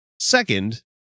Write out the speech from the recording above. Second